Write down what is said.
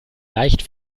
leicht